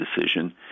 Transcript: decision